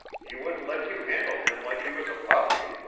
he wouldn't let you handle him like he was a puppy.